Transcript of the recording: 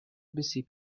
busy